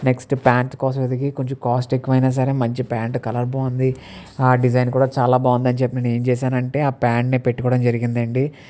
next pant కోసం వెతికి కొంచెం కాస్ట్ ఎక్కువైనా సరే మంచి ప్యాంట్ కలర్ బాగుంది ఆ డిజైన్ కూడా చాలా బాగుంది అని చెప్పి నేను ఏం చేశాను అంటే ఆ ప్యాంటు నేను పెట్టుకోవడం జరిగింది అండి